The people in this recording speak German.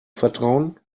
vertrauen